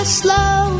slow